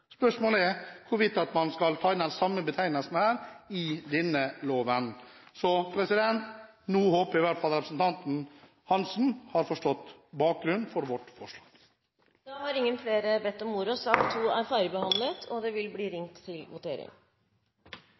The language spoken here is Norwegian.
Spørsmålet er hvorvidt man skal ta inn den samme betegnelsen i denne loven. Nå håper jeg representanten Hansen har forstått bakgrunnen for vårt forslag. Flere har ikke bedt om ordet til sak nr. 2. Da er Stortinget klar til å gå votering. Under debatten er det